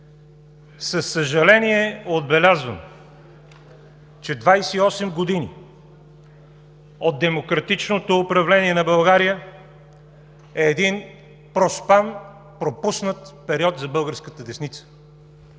Със съжаление отбелязвам, че 28 години от демократичното управление на България е един проспан, пропуснат период за българската десница